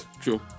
True